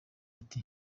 ati